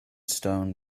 stone